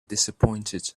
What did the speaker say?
disappointed